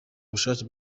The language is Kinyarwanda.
ubushake